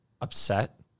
Upset